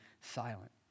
silent